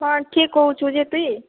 ହଁ ଠିକ୍ କଉଛୁ ଯେ ତୁଇ